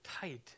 tight